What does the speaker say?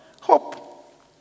Hope